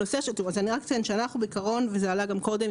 אני רק אציין שאנחנו בעיקרון וזה עלה גם קודם,